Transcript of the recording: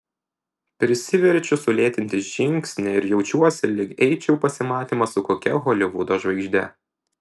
prisiverčiu sulėtinti žingsnį ir jaučiuosi lyg eičiau į pasimatymą su kokia holivudo žvaigžde